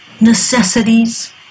necessities